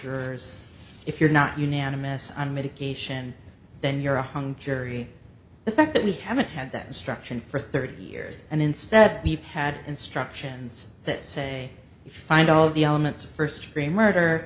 jurors if you're not unanimous on medication then you're a hung jury the fact that we haven't had that instruction for thirty years and instead we've had instructions that say we find all of the elements of first degree murder